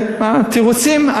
תירוצים?